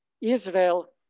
Israel